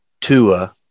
Tua